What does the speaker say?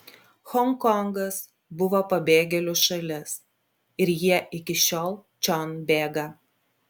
honkongas buvo pabėgėlių šalis ir jie iki šiol čion bėga